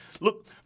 Look